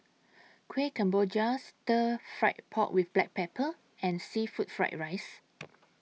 Kuih Kemboja Stir Fried Pork with Black Pepper and Seafood Fried Rice